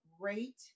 great